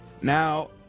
Now